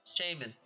shaming